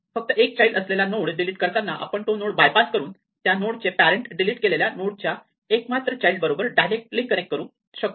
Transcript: फक्त एक चाइल्ड असलेला नोड डिलीट करताना आपण तो नोड बायपास करून त्या नोड चे पॅरेण्ट डिलीट केलेल्या नोड च्या एक मात्र चाइल्ड बरोबर डायरेक्टली कनेक्ट करू शकतो